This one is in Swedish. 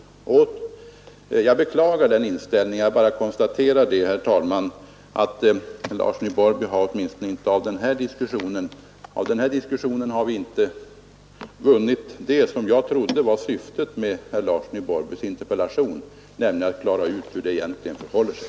Jag beklagar den inställningen och kan bara konstatera, herr talman, att vi åtminstone inte av den här diskussionen har vunnit det som jag trodde var syftet med herr Larssons i Borrby interpellation, nämligen att klara ut hur det egentligen förhåller sig.